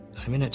i mean,